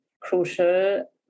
crucial